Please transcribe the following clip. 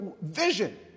vision